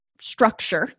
structure